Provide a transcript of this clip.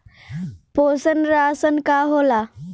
पोषण राशन का होला?